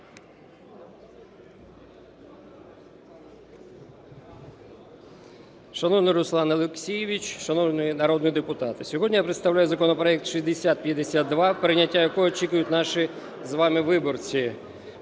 Шановний Руслан Олексійович! Шановні народні депутати! Сьогодні я представляю законопроект 6052, прийняття якого очікують наші з вами виборці